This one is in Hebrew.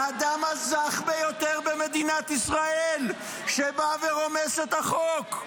האדם הזך ביותר במדינת ישראל שבא ורומס את החוק.